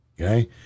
Okay